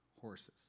horses